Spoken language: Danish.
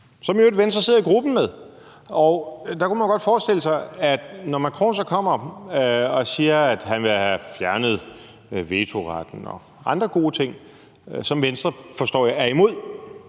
i øvrigt sidder i gruppe med. Og der kunne man godt forestille sig, at når Macron så kommer og siger, at han vil have fjernet vetoretten og andre gode ting, som jeg forstår at Venstre er imod